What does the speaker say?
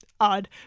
odd